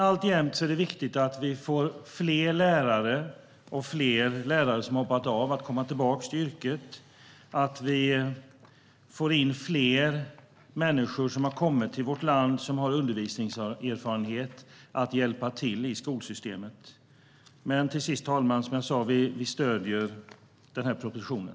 Alltjämt är det viktigt att vi får fler lärare, att vi får fler lärare som har hoppat av komma tillbaka till yrket och att vi får fler människor som kommit till vårt land som har undervisningserfarenhet att hjälpa till i skolsystemet. Herr talman! Som jag tidigare sa stöder vi propositionen.